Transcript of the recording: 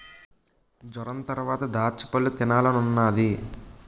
జొరంతరవాత దాచ్చపళ్ళు తినాలనున్నాది